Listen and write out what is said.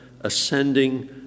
ascending